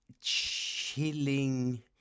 chilling